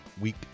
week